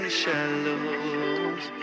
shallows